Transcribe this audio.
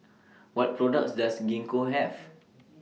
What products Does Gingko Have